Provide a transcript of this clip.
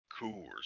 Coors